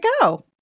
go